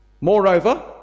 Moreover